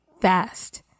fast